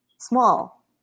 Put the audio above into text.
Small